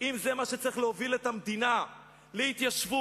כדי להוביל את המדינה להתיישבות,